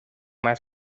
más